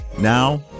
Now